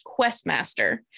questmaster